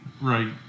Right